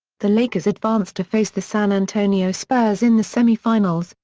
the lakers advanced to face the san antonio spurs in the semifinals,